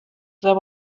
there